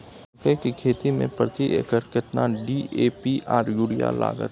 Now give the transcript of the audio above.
मकई की खेती में प्रति एकर केतना डी.ए.पी आर यूरिया लागत?